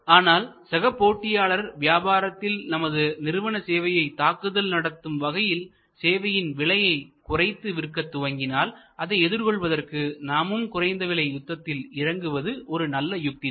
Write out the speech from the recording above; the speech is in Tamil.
ஆனால் சக போட்டியாளர் வியாபாரத்தில் நமது நிறுவன சேவையை தாக்குதல் நடத்தும் வகையில்சேவையின் விலையை குறைத்து விற்கத் துவங்கினால் அதை எதிர்கொள்வதற்கு நாமும் குறைந்த விலை யுத்தத்தில் இறங்குவது ஒரு நல்ல யுக்தி தான்